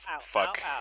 fuck